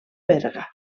berga